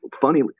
funny